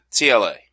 TLA